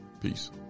Peace